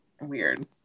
weird